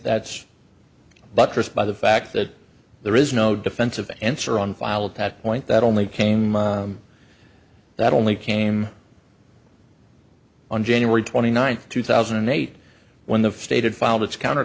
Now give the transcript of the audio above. that's buttressed by the fact that there is no defense of answer on filed that point that only came that only came on january twenty ninth two thousand and eight when the stated filed its counter